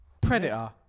Predator